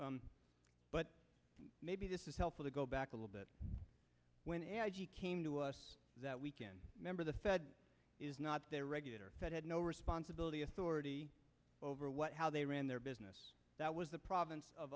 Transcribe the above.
true but maybe this is helpful to go back a little bit when it came to us that we can remember the fed is not their regulator that had no responsibility authority over what how they ran their business that was the province of